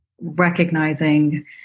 recognizing